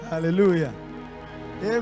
Hallelujah